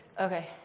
Okay